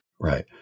Right